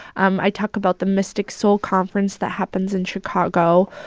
um i talk about the mystic soul conference that happens in chicago,